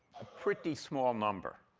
pretty small number.